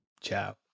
Ciao